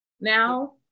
now